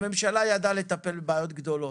הממשלה ידעה לטפל בבעיות גדלות: